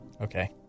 Okay